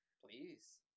Please